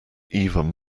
even